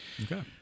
okay